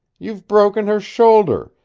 you've broken her shoulder,